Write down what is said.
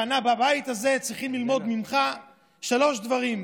שבבית הזה צריכים ללמוד ממך שלושה דברים: